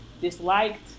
disliked